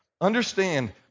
Understand